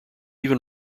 even